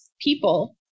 people